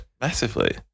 massively